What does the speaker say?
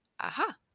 Aha